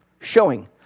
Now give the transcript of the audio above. showing